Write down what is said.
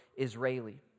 Israeli